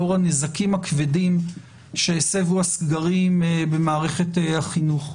לאור הנזקים הכבדים שהסבו הסגרים במערכת החינוך.